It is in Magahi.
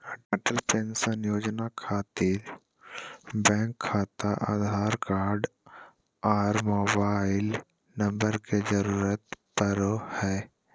अटल पेंशन योजना खातिर बैंक खाता आधार कार्ड आर मोबाइल नम्बर के जरूरत परो हय